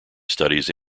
studies